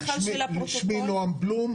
שמי נועם בלום,